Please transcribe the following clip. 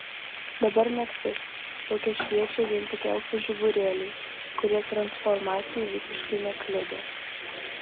dabar naktis lauke šviečia vien tik elfų žiburėliai kurie transformacijai visiškai nekliudo